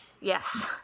Yes